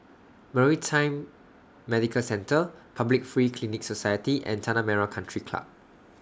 Maritime Medical Centre Public Free Clinic Society and Tanah Merah Country Club